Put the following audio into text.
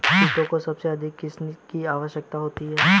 कीटों को सबसे अधिक किसकी आवश्यकता होती है?